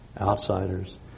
outsiders